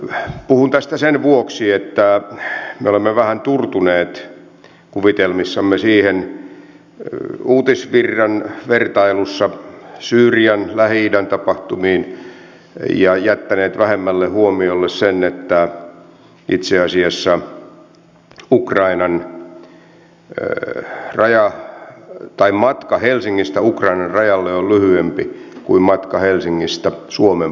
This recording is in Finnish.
puhun tästä sen vuoksi että me olemme vähän turtuneet kuvitelmissamme uutisvirran vertailussa syyrian lähi idän tapahtumiin ja jättäneet vähemmälle huomiolle sen että itse asiassa matka helsingistä ukrainan rajalle on lyhyempi kuin matka helsingistä suomen pohjoisrajalle